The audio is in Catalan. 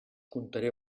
contaré